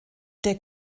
der